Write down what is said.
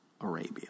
Arabia